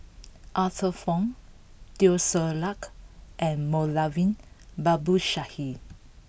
Arthur Fong Teo Ser Luck and Moulavi Babu Sahib